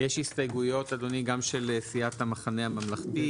יש הסתייגויות אדוני גם של סיעת המחנה הממלכתי,